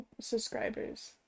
subscribers